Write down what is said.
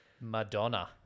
Madonna